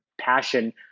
passion